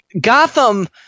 gotham